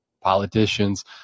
politicians